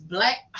Black